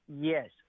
Yes